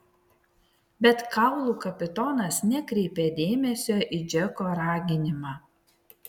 bet kaulų kapitonas nekreipė dėmesio į džeko raginimą